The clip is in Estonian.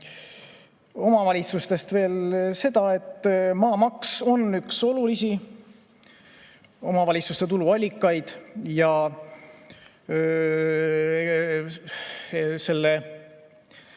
Omavalitsustest veel seda, et maamaks on üks olulisi omavalitsuste tuluallikaid ja selle